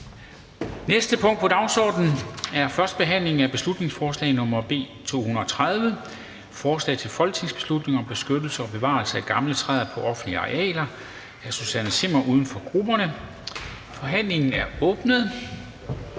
næste punkt på dagsordenen er: 19) 1. behandling af beslutningsforslag nr. B 230: Forslag til folketingsbeslutning om beskyttelse og bevarelse af gamle træer på offentlige arealer. Af Susanne Zimmer (UFG), Uffe Elbæk